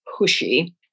pushy